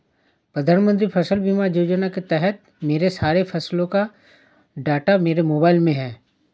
प्रधानमंत्री फसल बीमा योजना के तहत मेरे सारे फसलों का डाटा मेरे मोबाइल में है